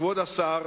כבוד השר.